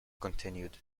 continued